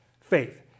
faith